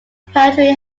poetry